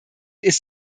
ist